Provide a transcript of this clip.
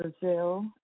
Brazil